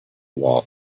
wall